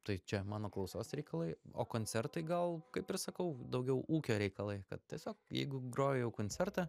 tai čia mano klausos reikalai o koncertai gal kaip ir sakau daugiau ūkio reikalai kad tiesiog jeigu groju jau koncerte